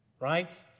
right